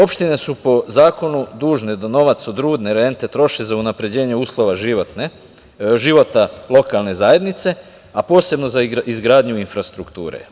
Opštine su po zakonu dužne da novac od rudne rente troše za unapređenje uslova života lokalne zajednice, a posebno za izgradnju infrastrukture.